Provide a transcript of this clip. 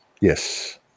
yes